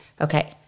Okay